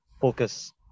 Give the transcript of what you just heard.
focus